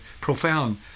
profound